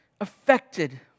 affected